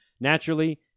Naturally